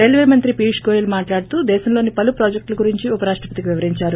railway మంత్రి పీయూష్ గోయల్ మాట్లాడతూ దేశంలోని పలు ప్రాజెక్ట గురంచి ఉప రాష్టపతికి వివరించారు